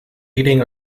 eating